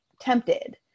tempted